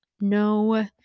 No